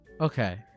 Okay